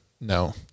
no